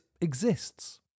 exists